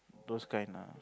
those kind ah